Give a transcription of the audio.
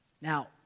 Now